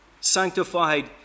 Sanctified